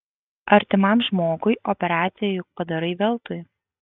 artimam žmogui operaciją juk padarai veltui